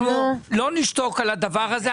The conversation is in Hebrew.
אנחנו לא נשתוק על הדבר הזה.